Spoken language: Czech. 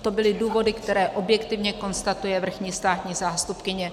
To byly důvody, které objektivně konstatuje vrchní státní zástupkyně.